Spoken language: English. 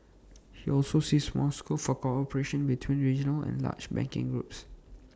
he also sees more scope for cooperation between regional and large banking groups